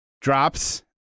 drops